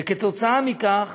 וכתוצאה מכך